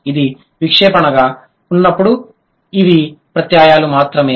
ఇది విక్షేపణగా ఉన్నప్పుడు ఇవి ప్రత్యయాలు మాత్రమే